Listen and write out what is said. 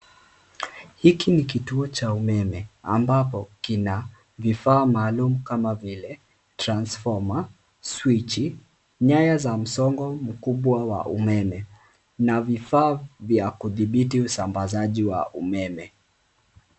Hiki ni kituo cha umeme ambacho kina vifaa maalum kama vile transfoma, swichi, nyaya za msongo mkubwa wa umeme na vifaa vya kudhibiti usambazaji wa umeme.